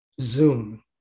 Zoom